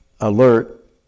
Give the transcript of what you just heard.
alert